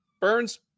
Burns